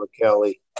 Kelly